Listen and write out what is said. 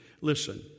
Listen